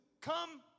come